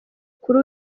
kuri